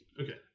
okay